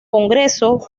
congreso